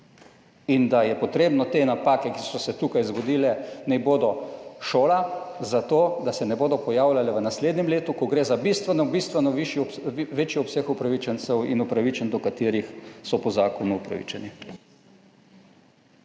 in da je potrebno te napake, ki so se tukaj zgodile, naj bodo šola za to, da se ne bodo pojavljale v naslednjem letu, ko gre za bistveno, bistveno večji obseg upravičencev in upravičenk, do katerih so po zakonu upravičeni.